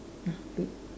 ah be~